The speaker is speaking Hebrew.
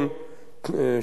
של הבעיות שלפנינו.